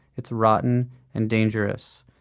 it's rotten and dangerous.